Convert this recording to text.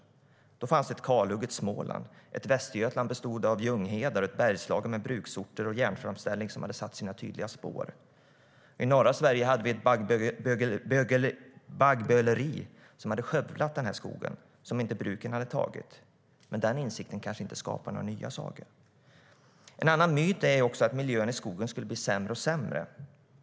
Men då fanns det ett kalhugget Småland, ett Västergötland bestående av ljunghedar och ett Bergslagen med bruksorter och järnframställning som hade satt sina tydliga spår. I norra Sverige hade baggböleriet skövlat den skog som inte bruken hade tagit. Men den insikten kanske inte skapar några nya sagor. En annan myt är att miljön i skogen skulle bli sämre och sämre.